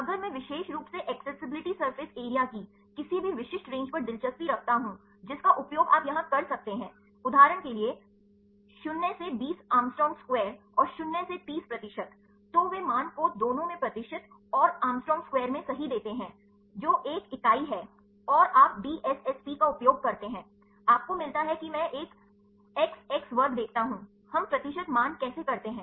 अगर मैं विशेष रूप से एक्सेसिबिलिटी सरफेस एरिया की किसी भी विशिष्ट रेंज पर दिलचस्पी रखता हूँ जिसका उपयोग आप यहाँ कर सकते हैं उदाहरण के लिए 0 से 20 एंग्स्ट्रॉम स्क्वायर आर 0 से 30 प्रतिशत तो वे मान को दोनों में प्रतिशत और एंग्स्ट्रॉम स्क्वायर में सही देते हैं जो एक इकाई है आप DSSP का उपयोग करते हैं आपको मिलता है कि मैं एक XX वर्ग देखता हूं हम प्रतिशत मान कैसे करते हैं